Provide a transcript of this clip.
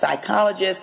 psychologist